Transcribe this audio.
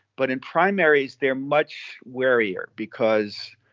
but in primaries, they're much warier because,